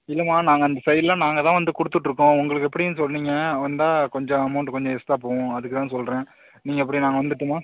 இல்லைம்மா நாங்கள் அந்த சைட் எல்லாம் நாங்கள் தான் வந்து கொடுத்துட்ருக்கோம் உங்களுக்கு எப்படின்னு சொன்னீங்க வந்தா கொஞ்சம் அமௌண்ட்டு கொஞ்சம் எக்ஸ்ட்ரா போவும் அதுக்கு தான் சொல்லுறேன் நீங்கள் எப்படி நாங்கள் வந்துட்டுமா